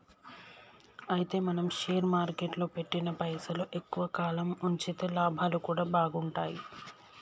అయితే మనం షేర్ మార్కెట్లో పెట్టిన పైసలు ఎక్కువ కాలం ఉంచితే లాభాలు కూడా బాగుంటాయి